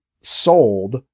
sold